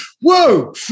whoa